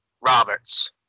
Roberts